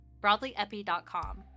BroadlyEpi.com